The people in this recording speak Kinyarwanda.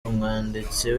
umwanditsi